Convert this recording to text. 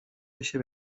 بشه